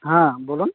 হ্যাঁ বলুন